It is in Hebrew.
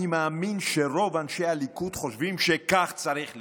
אני מאמין שרוב אנשי הליכוד חושבים שכך צריך להיות.